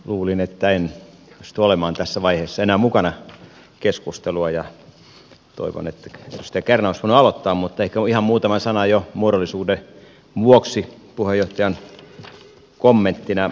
luulin että en pysty olemaan tässä vaiheessa enää mukana keskustelussa ja toivoin että edustaja kärnä olisi voinut aloittaa mutta ehkä ihan muutama sana jo muodollisuuden vuoksi puheenjohtajan kommenttina